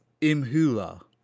Imhula